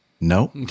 no